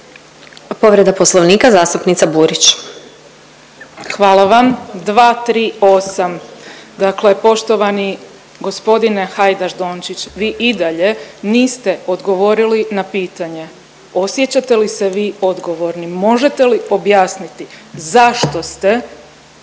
Povreda Poslovnika zastupnica Burić. **Burić, Majda (HDZ)** Hvala vam. 238. dakle poštovani gospodine Hajdaš-Dončić vi i dalje niste odgovorili na pitanje osjećate li se vi odgovornim? Možete li objasniti zašto ste u vrijeme